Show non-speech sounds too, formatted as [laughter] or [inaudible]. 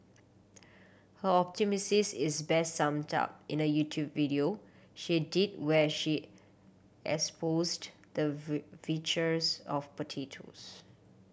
her [unintelligible] misses is best summed up in a YouTube video she did where she espoused the [unintelligible] virtues of potatoes